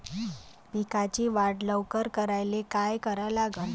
पिकाची वाढ लवकर करायले काय करा लागन?